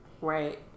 right